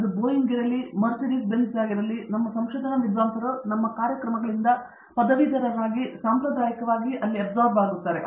ಅದು ಬೋಯಿಂಗ್ ಆಗಿರಲಿ ಅದು ಮರ್ಸಿಡಿಸ್ ಬೆಂಝ್ ಆಗಿರಲಿ ನಮ್ಮ ಸಂಶೋಧನಾ ವಿದ್ವಾಂಸರು ನಮ್ಮ ಕಾರ್ಯಕ್ರಮಗಳಿಂದ ಪದವೀಧರರಾಗಿ ಸಾಂಪ್ರದಾಯಿಕವಾಗಿ ಹೀರಿಕೊಳ್ಳುತ್ತಾರೆ